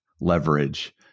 leverage